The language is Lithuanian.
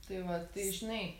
tai va tai žinai